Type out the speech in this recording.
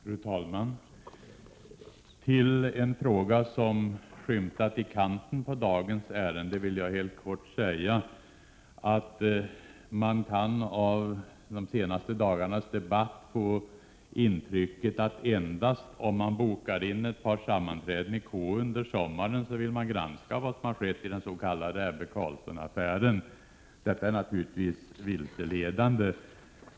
Fru talman! Till en fråga som har skymtat i kanten av dagens ärende vill jag helt kort säga följande. Man kan av de senaste dagarnas debatt få intrycket att om man bara bokar in ett par sammanträden i konstitutionsutskottet i sommar så hinner man granska vad som har skett i den s.k. Ebbe Carlsson-affären. Detta är naturligtvis en vilseledande uppgift.